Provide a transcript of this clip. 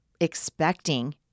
expecting